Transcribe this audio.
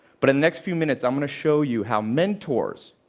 but in the next few minutes, i'm going to show you how mentors